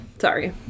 sorry